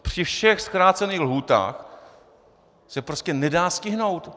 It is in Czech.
Při všech zkrácených lhůtách se prostě nedá stihnout.